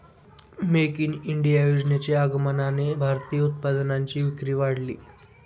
make in India योजनेच्या आगमनाने भारतीय उत्पादनांची विक्री वाढली